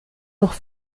noch